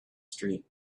street